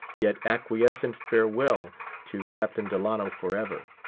yet acquiescent farewell to captain delano forever.